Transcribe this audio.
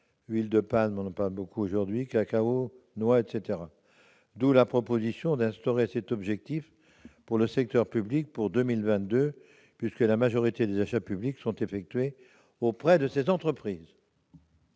l'huile de palme- on en parle beaucoup actuellement -, du cacao ou des noix. Nous proposons donc d'instaurer cet objectif pour le secteur public pour 2022, puisque la majorité des achats publics sont effectués auprès de ces entreprises.